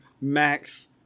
max